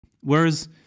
Whereas